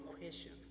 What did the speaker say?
question